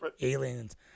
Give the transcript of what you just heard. aliens